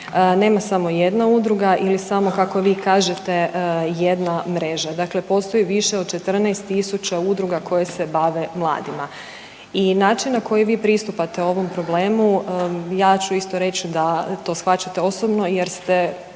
nema samo jedna udruga ili samo kako vi kažete, jedna mreža. Dakle postoji više od 14 tisuća udruga koji se bave mladima i način na koji vi pristupate ovom problemu, ja ću isto reći da to shvaćate osobno jer ste,